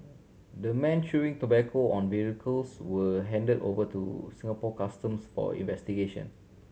the men chewing tobacco and vehicles were handed over to Singapore Customs for investigation